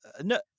no